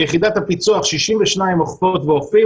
ביחידת הפיצוח 62 אוכפות ואוכפים